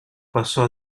passò